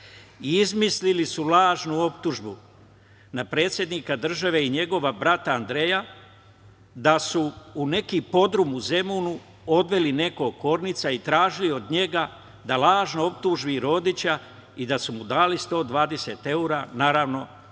izmislili su lažnu optužbu na predsednika države i njegovog brata Andreja da su u neki podrum u Zemunu odveli nekog Kornica i tražili od njega da lažno optuži Rodića i da su mu dali 120 evra, naravno